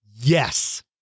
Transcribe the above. Yes